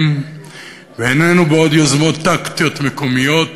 ואיננו בעוד יוזמות טקטיות מקומיות,